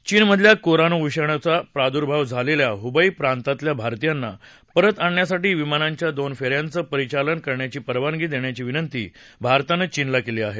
चीनमधल्या कोरोना विषाणूचा प्रादूर्भाव झालेलया हुवैई प्रांतातल्या भारतीयांना परत आणण्यासाठी विमानांच्या दोन फेऱ्याचं परिचालन करण्याची परवानगी देण्याची विनंती भारतानं चीनला केली आहे